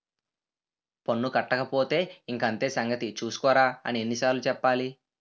పన్ను కట్టకపోతే ఇంక అంతే సంగతి చూస్కోరా అని ఎన్ని సార్లు చెప్పాలి